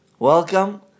Welcome